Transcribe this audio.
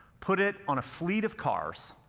put it on a fleet of cars,